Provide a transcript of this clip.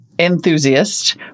Enthusiast